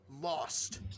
lost